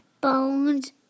bones